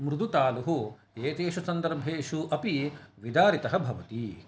मृदुतालुः एतेषु सन्दर्भेषु अपि विदारितः भवति